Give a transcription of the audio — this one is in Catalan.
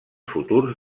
futurs